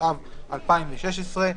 התשע"ו 2016,